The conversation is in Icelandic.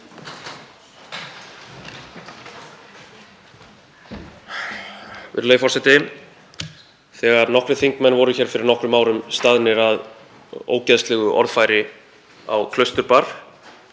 Virðulegur forseti. Þegar nokkrir þingmenn voru hér fyrir nokkrum árum staðnir að ógeðslegu orðfæri á Klausturbar